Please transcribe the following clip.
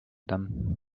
them